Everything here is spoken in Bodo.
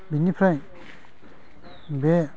बेनिफ्राय बे